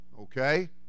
okay